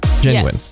Genuine